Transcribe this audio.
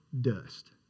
dust